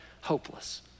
hopeless